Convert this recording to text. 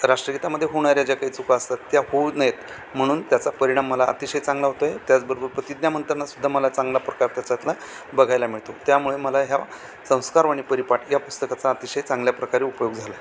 राष्ट्रगीतामध्ये होणाऱ्या ज्या काही चुका असतात त्या होऊ नयेत म्हणून त्याचा परिणाम मला अतिशय चांगला होतो आहे त्याचबरोबर प्रतिज्ञा म्हणतानासुद्धा मला चांगल्या प्रकार त्याच्यातला बघायला मिळतो त्यामुळे मला ह्या संस्कारवाणी परिपाठ या पुस्तकाचा अतिशय चांगल्या प्रकारे उपयोग झाला आहे